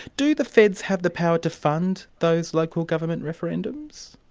do the feds have the power to fund those local government referendums?